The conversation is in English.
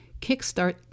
kickstart